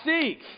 seek